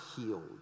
healed